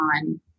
on